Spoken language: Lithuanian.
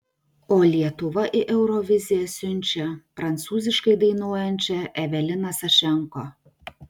o lietuva į euroviziją siunčia prancūziškai dainuojančią eveliną sašenko